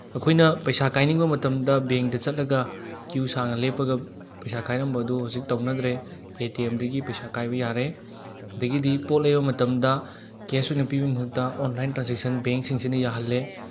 ꯑꯩꯈꯣꯏꯅ ꯄꯩꯁꯥ ꯀꯥꯏꯅꯤꯡꯕ ꯃꯇꯝꯗ ꯕꯦꯡꯗ ꯆꯠꯂꯒ ꯀ꯭ꯌꯨ ꯁꯥꯡꯅ ꯂꯦꯞꯄꯒ ꯄꯩꯁꯥ ꯀꯥꯏꯔꯝꯕ ꯑꯗꯨ ꯍꯧꯖꯤꯛ ꯇꯧꯅꯗ꯭ꯔꯦ ꯑꯦ ꯇꯤ ꯑꯦꯝꯗꯒꯤ ꯄꯩꯁꯥ ꯀꯥꯏꯕ ꯌꯥꯔꯦ ꯑꯗꯒꯤꯗꯤ ꯄꯣꯠ ꯂꯩꯕ ꯃꯇꯝꯗ ꯀꯦꯁ ꯑꯣꯏꯅ ꯄꯤꯕꯒꯤ ꯃꯍꯨꯠꯇ ꯑꯣꯟꯂꯥꯏꯟ ꯇ꯭ꯔꯥꯟꯖꯦꯛꯁꯟ ꯕꯦꯡꯁꯤꯡꯁꯤꯅ ꯌꯥꯍꯜꯂꯦ